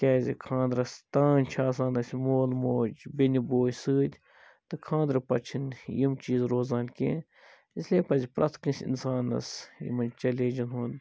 کیٛازِ خاندرَس تانۍ چھ آسان اسہِ مول موج بیٚنہِ بوے سۭتۍ تہٕ خاندرٕ پَتہٕ چھِنہٕ یِم چیٖز روزان کیٚنٛہہ اِسلیے پَزِ پرٛیٚتھ کٲنٛسہِ اِنسانَس یِمَن چلینٛجَن ہُنٛد